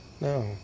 No